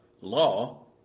law